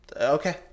okay